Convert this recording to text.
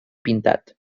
pintat